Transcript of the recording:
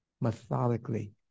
methodically